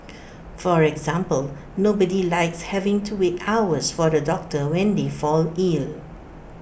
for example nobody likes having to wait hours for the doctor when they fall ill